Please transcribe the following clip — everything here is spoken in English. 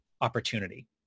opportunity